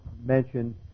mentioned